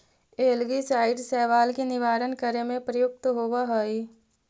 algicide शैवाल के निवारण करे में प्रयुक्त होवऽ हई